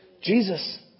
jesus